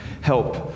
help